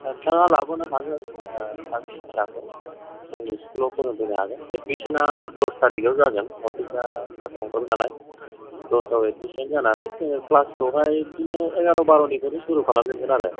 नोंथाङा लाबोनो हागोन नोंथांनि फिसाखौ जोंनि स्कुलाव फोरोंफैनो हागोन एडमिसना दस थारिखआव जागोन नटिसआ फार्स्टआव ओंखारबायनालाय दसआव एडमिसन जानानै जोङो क्लासखौहाय बिदिनो एगार' बार'निफ्रायनो सुरु खालामफिनगोन आरो